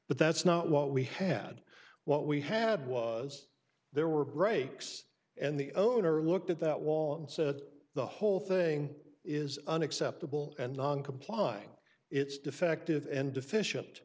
but that's not what we had what we had was there were breaks and the owner looked at that wall and said the whole thing is unacceptable and non complying it's defective and deficient